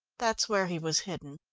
that's where he was hidden.